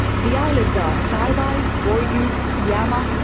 the islands are saibai, boigu, yeah iama,